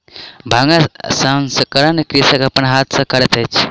भांगक प्रसंस्करण कृषक अपन हाथ सॅ करैत अछि